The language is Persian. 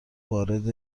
وارد